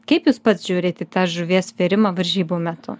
kaip jūs pats žiūrit į tą žuvies svėrimą varžybų metu